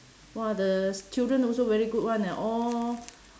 !wah! the student also very good [one] eh all